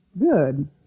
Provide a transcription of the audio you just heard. Good